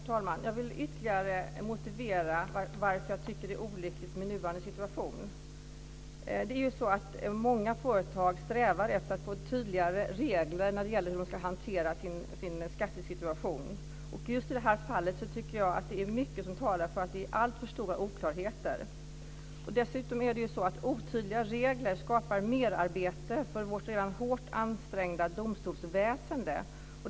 Herr talman! Jag vill ytterligare motivera varför jag tycker att det är olyckligt med nuvarande situation. Det är ju så att många företag strävar efter att få tydligare regler när det gäller hur man ska hantera sin skattesituation. Just i det här fallet tycker jag att det är mycket som talar för att det är alltför stora oklarheter. Dessutom är det så att otydliga regler skapar merarbete för vårt redan hårt ansträngda domstolsväsende.